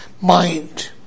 mind